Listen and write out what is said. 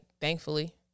thankfully